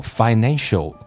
financial